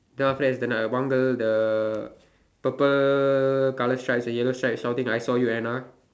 then after that is like the one girl the purple colour stripes the yellow stripes shouting I saw you Anna